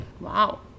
Wow